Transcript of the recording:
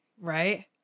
Right